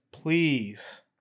Please